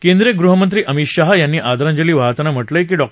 केंद्रीय गृहमंत्री अमित शहा यांनी आदरांजली वाहताना म्हटलंय की डॉ